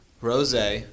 Rose